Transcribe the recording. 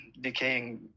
decaying